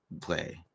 play